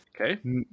okay